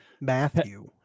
matthew